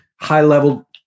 high-level